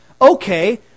Okay